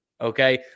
Okay